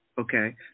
Okay